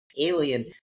Alien